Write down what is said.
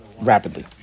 rapidly